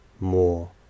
more